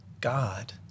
God